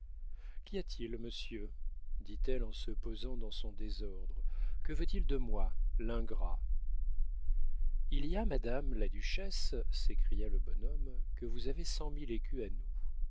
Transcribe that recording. qu'y a-t-il monsieur dit-elle en se posant dans son désordre que veut-il de moi l'ingrat il y a madame la duchesse s'écria le bonhomme que vous avez cent mille écus à nous